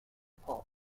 pole